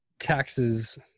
Taxes